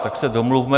Tak se domluvme.